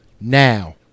Now